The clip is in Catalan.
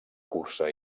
cursa